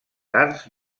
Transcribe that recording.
arts